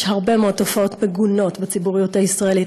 יש הרבה מאוד תופעות מגונות בציבוריות הישראלית,